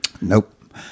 Nope